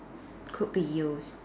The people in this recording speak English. could be used